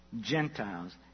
Gentiles